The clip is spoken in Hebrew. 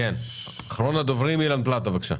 אחרון הדוברים אילן פלטו, בבקשה.